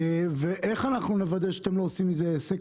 איך אנחנו נוודא שאתם לא עושים מזה עסק?